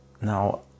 Now